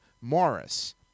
Morris